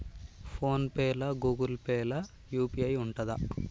Phone pay లా Google Pay లా UPI ఉంటదా?